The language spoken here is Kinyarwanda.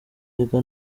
biga